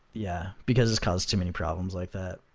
yeah, because it's caused too many problems like that,